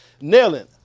nailing